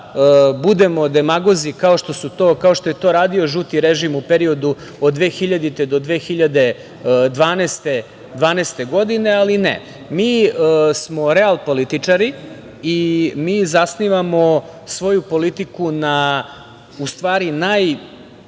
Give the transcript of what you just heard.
budemo demagozi, kao što je to radio žuti režim u periodu od 2000. do 2012. godine, ali ne. Mi smo realpolitičari i mi zasnivamo svoju politiku na, u stvari najbitnijim